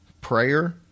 prayer